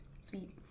sweet